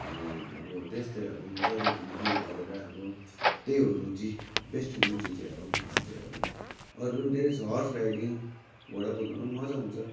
अब त्यस्तै अब मजाले घुमफिर गरेर अब त्यही हो रुचि बेस्ट रुचि चाहिँ अब मलाई चाहिँ अब अरूहरू त्यही छ हर्स राइडिङ घोडा कुदाउनु मजा आउँछ